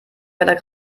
leider